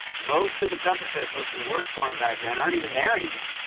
most of the trump officials who worked for him back then aren't even there anymore.